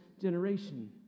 generation